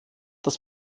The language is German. das